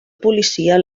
policia